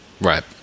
Right